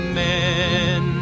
men